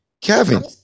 Kevin